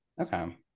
Okay